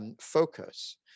focus